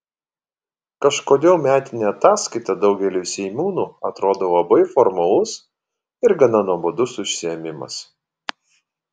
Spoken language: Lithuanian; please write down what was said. kažkodėl metinė ataskaita daugeliui seimūnų atrodo labai formalus ir gana nuobodus užsiėmimas